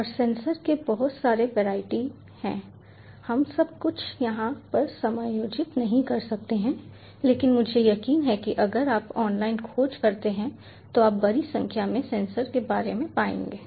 और सेंसर के बहुत सारे वैराइटी हैं हम सब कुछ यहाँ पर समायोजित नहीं कर सकते हैं लेकिन मुझे यकीन है कि अगर आप ऑनलाइन खोज करते हैं तो आप बड़ी संख्या में सेंसर के बारे में पाएंगे